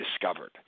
discovered